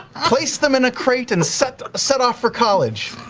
placed them in a crate and set set off for college.